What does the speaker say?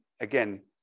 again